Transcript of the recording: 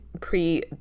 pre